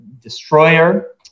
destroyer